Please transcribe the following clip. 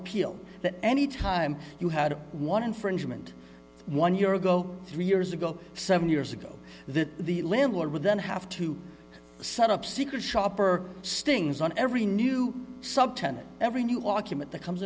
appeal that any time you had one infringement one year ago three years ago seven years ago that the landlord would then have to set up secret shopper stings on every new subtenant every new argument that comes